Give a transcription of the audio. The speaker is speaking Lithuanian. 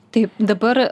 taip dabar